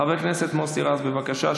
חבר הכנסת מוסי רז, בבקשה.